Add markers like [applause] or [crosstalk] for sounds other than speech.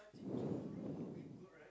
[breath]